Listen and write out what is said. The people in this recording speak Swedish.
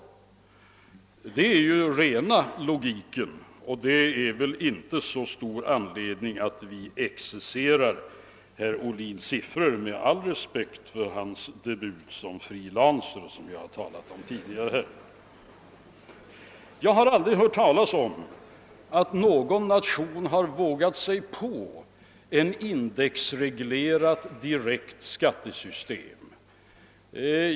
Det är ju rena logiken, och det är väl inte så stor anledning att vi exercerar herr Ohlins siffror, även om jag har all respekt för hans debut som free lancer vilken vi ju tidigare har talat om. Jag har aldrig hört talas om att någon nation vågat sig på ett indexreglerat direkt skattesystem.